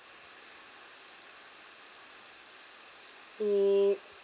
err